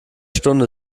stunde